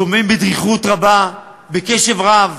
שומעים בדריכות רבה, בקשב רב,